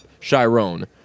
Chiron